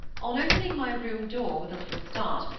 on opening my room door, with a little start,